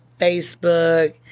Facebook